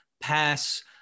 pass